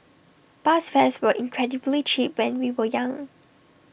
bus fares were incredibly cheap when we were young